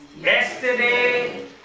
yesterday